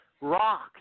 rock